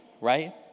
right